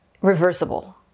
reversible